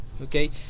okay